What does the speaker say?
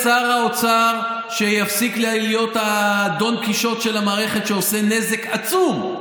שיפסיק להיות דון קישוט שעושה נזק עצום,